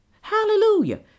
Hallelujah